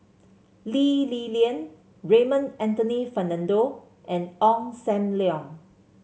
Lee Li Lian Raymond Anthony Fernando and Ong Sam Leong